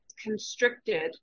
constricted